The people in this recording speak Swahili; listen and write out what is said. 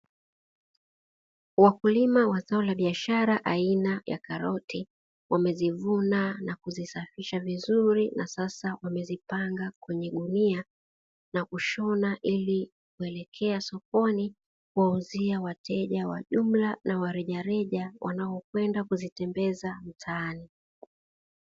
Wakulima wa zao la biashara aina ya karoti, wamezivuna na kuzisafisha vizuri na sasa wamezipanga kwenye gunia na kushona, ili kuelekea sokoni kuwauzia wateja wa jumla na rejareja wanaokwenda kuzitembeza mtaani.